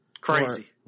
Crazy